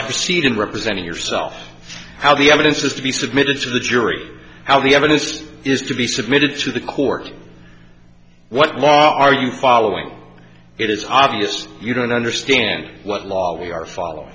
proceed in representing yourself how the evidence is to be submitted to the jury how the evidence is is to be submitted to the court what are you following it is obvious you don't understand what law